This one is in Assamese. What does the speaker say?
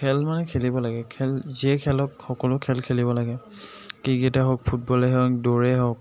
খেল মানে খেলিব লাগে খেল যিয়ে খেল হওক সকলো খেল খেলিব লাগে ক্ৰিকেট হওক ফুটবলে হওক দৌৰে হওক